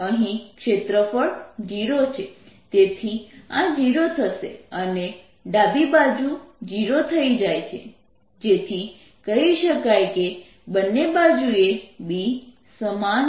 અહીં ક્ષેત્રફળ 0 છે તેથી આ 0 થશે અને ડાબી બાજુ 0 થઈ જાય છે જેથી કહી શકાય કે બંને બાજુએ B સમાન છે